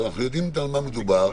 אנחנו יודעים על מה מדובר.